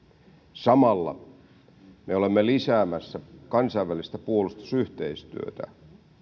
samalla me olemme lisäämässä kansainvälistä puolustusyhteistyötä